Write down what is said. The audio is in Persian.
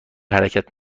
حرکت